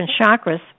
chakras